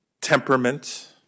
temperament